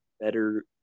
better